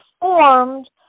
formed